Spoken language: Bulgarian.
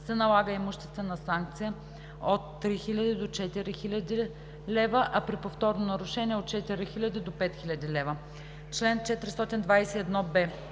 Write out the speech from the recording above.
се налага имуществена санкция от 3000 до 5000 лв., а при повторно нарушение – от 5000 до 10 000 лв. Чл. 446б.